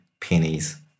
pennies